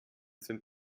sind